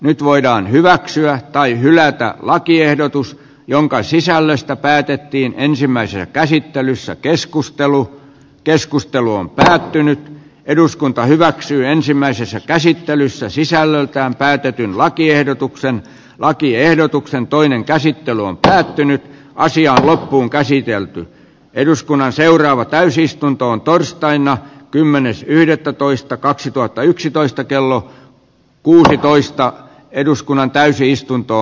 nyt voidaan hyväksyä tai hylätä lakiehdotus jonka sisällöstä päätettiin ensimmäisessä käsittelyssä keskustelu keskustelu on päättynyt eduskunta hyväksyi ensimmäisessä käsittelyssä sisällöltään päätetyn lakiehdotuksen lakiehdotuksen toinen käsittely on päättynyt naisia loppuunkäsitelty eduskunnan seuraava täysistuntoon torstaina kymmenes yhdettätoista kaksituhattayksitoista kello kuusitoista eduskunnan täysistunto